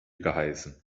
geheißen